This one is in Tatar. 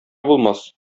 булмас